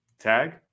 tag